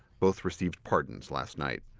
both received pardons last night.